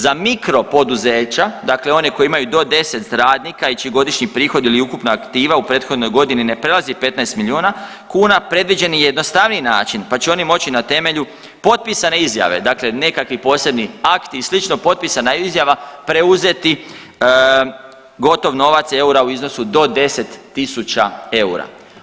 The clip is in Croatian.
Za mikro poduzeća, dakle one koji imaju do 10 radnika i čiji godišnji prihod ili ukupna aktiva u prethodnoj godini ne prelazi 15 milijuna kuna, predviđen je i jednostavniji način, pa će oni moći na temelju potpisane izjave, dakle nekakvi posebni akti i slično, potpisana izjava preuzeti gotov novac eura u iznosu do 10 tisuća eura.